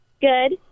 Good